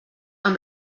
amb